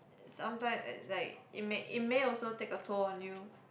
uh sometimes it's like it may it may also take a toll on you